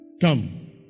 Come